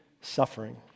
suffering